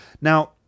Now